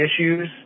issues